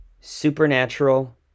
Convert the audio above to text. Supernatural